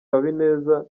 habineza